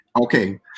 okay